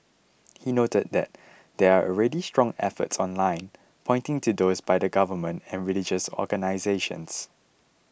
he noted that there are already strong efforts online pointing to those by the Government and religious organisations